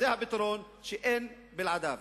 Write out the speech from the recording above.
זה הפתרון, שאין בלעדיו.